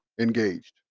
Engaged